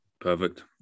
Perfect